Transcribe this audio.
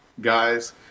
guys